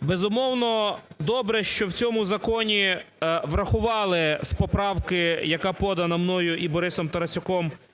Безумовно, добре, що в цьому законі врахували з поправки, яка подана мною і Борисом Тарасюком,